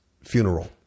funeral